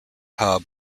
hub